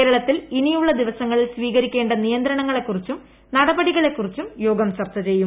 കേരളത്തിൽ ഇനിയുളള ദിവസങ്ങളിൽ സ്വീകരിക്കേണ്ട നിയന്ത്രണങ്ങളെ കുറിച്ചും നടപടികളെ കുറിച്ചും യോഗം ചർച്ച ചെയ്യും